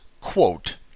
quote